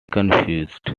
confused